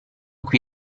qui